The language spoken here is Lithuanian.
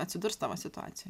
atsidurs tavo situacijoj